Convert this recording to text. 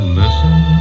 listen